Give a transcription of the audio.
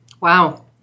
Wow